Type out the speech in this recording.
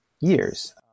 years